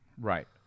Right